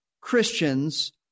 Christians